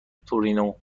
تورنتو